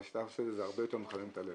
אבל כשאתה עושה את זה זה הרבה יותר מחמם את הלב.